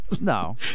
No